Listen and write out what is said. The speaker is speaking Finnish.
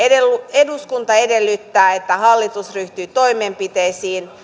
eduskunta edellyttää että hallitus ryhtyy toimenpiteisiin